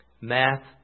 Math